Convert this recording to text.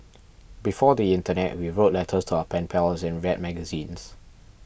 before the internet we wrote letters to our pen pals and read magazines